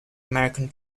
american